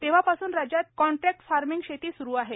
तेव्हापासून राज्यात contract farming शेती स्रू आहे